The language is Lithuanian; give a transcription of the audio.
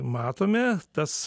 matome tas